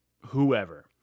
whoever